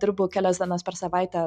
dirbu kelias dienas per savaitę